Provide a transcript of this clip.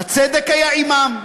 הצדק היה עמם.